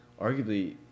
arguably